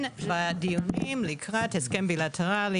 כן, בדיונים לקראת הסכם בילטרלי